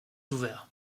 ouvert